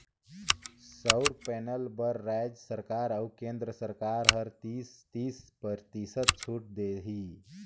सउर पैनल बर रायज सरकार अउ केन्द्र सरकार हर तीस, तीस परतिसत छूत देही